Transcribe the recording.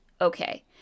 Okay